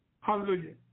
Hallelujah